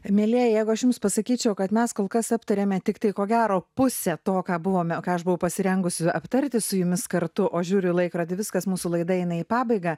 mielieji jeigu aš jums pasakyčiau kad mes kol kas aptarėme tiktai ko gero pusę to ką buvome ką aš buvau pasirengusi aptarti su jumis kartu o žiūriu į laikrodį viskas mūsų laida eina į pabaigą